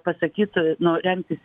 pasakyt nu remtis